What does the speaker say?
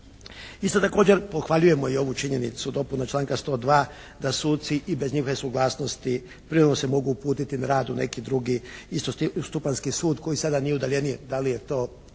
Isto također pohvaljujemo i ovu činjenicu dopuna članka 102. da suci i bez njihove suglasnosti …/Govornik se ne razumije./… se mogu uputiti na rad u neki drugi istostupanjski sud koji sada nije udaljeniji.